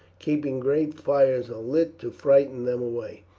keeping great fires alight to frighten them away.